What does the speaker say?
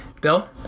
Bill